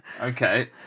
Okay